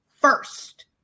first